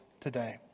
today